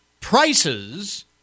prices